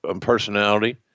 personality